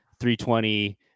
320